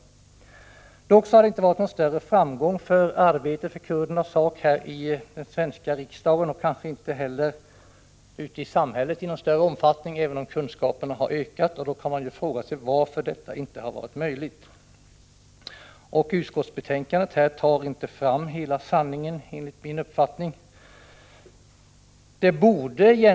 Arbetet för kurdernas sak har inte vunnit någon större framgång i den svenska riksdagen och kanske inte heller ute i samhället, även om kunskaperna har ökat. Man kan då fråga sig varför detta inte har varit möjligt. I utskottets betänkande tar man enligt min uppfattning inte fram hela sanningen.